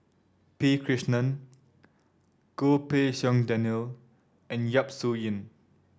P Krishnan Goh Pei Siong Daniel and Yap Su Yin